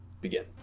Begin